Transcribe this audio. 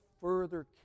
further